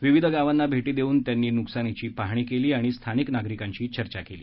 विविध गावांना भेटी देऊन त्यांनी नुकसानीची पाहणी केली आणि स्थानिक नागरिकांशी चर्चा केली